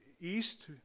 East